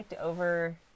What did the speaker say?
over